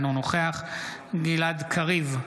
אינו נוכח גלעד קריב,